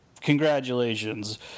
Congratulations